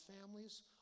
families